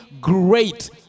great